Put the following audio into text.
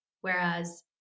Whereas